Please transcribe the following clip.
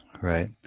Right